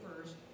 first